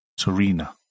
Torina